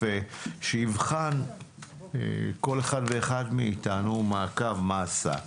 שייבחן כל אחד ואחד מאיתנו מעקב מה עשה.